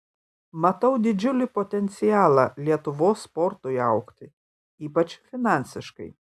matau didžiulį potencialą lietuvos sportui augti ypač finansiškai